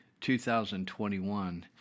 2021